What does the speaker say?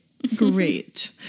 great